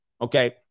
Okay